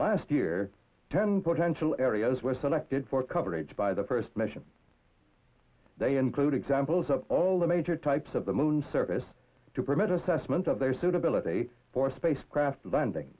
last year ten potential areas were selected for coverage by the first mission they include examples of all the major types of the moon's surface to permit assessment of their suitability for spacecraft landing